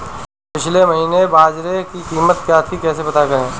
पिछले महीने बाजरे की कीमत क्या थी कैसे पता करें?